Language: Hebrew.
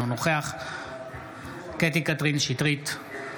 אינו נוכח קטי קטרין שטרית,